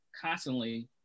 constantly